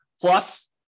Plus